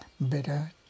better